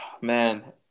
Man